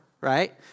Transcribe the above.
right